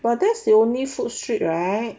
but that's the only food street right